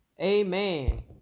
Amen